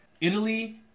Italy